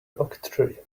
octree